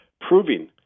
proving